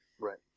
Right